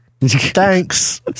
thanks